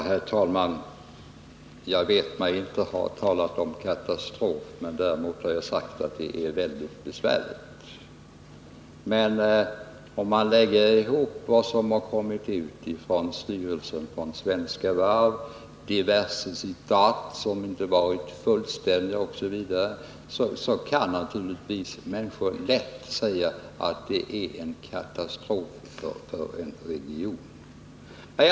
Herr talman! Jag vet mig inte ha talat om katastrof — däremot har jag sagt att det är mycket besvärligt i vår region. Men om man lägger samman de uppgifter som kommit ut från styrelsen för Svenska Varv, diverse icke fullständiga citat osv., kan naturligtvis människor där nere känna det berättigat att tala om en katastrof för regionen. Herr talman!